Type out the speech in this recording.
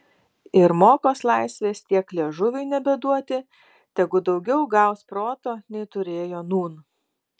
ir mokos laisvės tiek liežuviui nebeduoti tegu daugiau gaus proto nei turėjo nūn